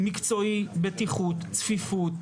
מקצועי, בטיחות, צפיפות,